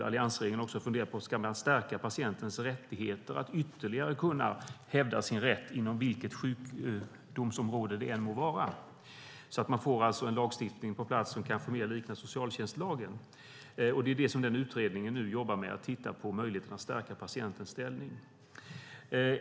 Alliansregeringen funderar nu på om man ska stärka patientens rättigheter att ytterligare kunna hävda sin rätt inom vilket sjukdomsområde det än må vara, så att man får en lagstiftning på plats som kanske mer liknar socialtjänstlagen. Det är det som utredningen nu jobbar med att titta på, möjligheten att stärka patientens ställning.